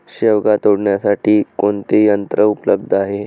शेवगा तोडण्यासाठी कोणते यंत्र उपलब्ध आहे?